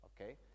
okay